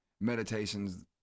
meditations